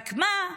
רק מה,